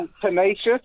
Tenacious